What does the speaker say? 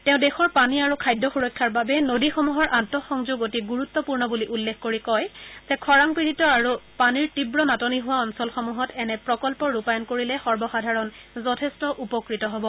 তেওঁ দেশৰ পানী আৰু খাদ্য সুৰক্ষাৰ বাবে নদীসমূহৰ আন্তঃসংযোগ অতি গুৰুত্পূৰ্ণ বুলি উল্লেখ কৰি কয় যে খৰাং পীড়িত আৰু পানীৰ তীৱ নাটনি হোৱা অঞ্চলসমূহত এনে প্ৰকল্প ৰূপায়ণ কৰিলে সৰ্বসাধাৰণ যথেষ্ট উপকৃত হব